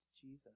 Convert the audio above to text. Jesus